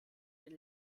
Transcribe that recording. den